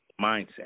mindset